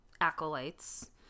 acolytes